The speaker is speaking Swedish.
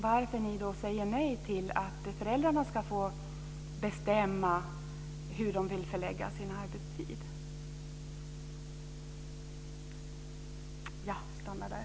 Varför säger ni då nej till att föräldrarna ska få bestämma hur de vill förlägga sin arbetstid? Jag stannar där.